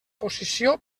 posició